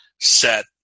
set